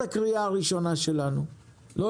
אנחנו מבקשים לא